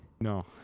no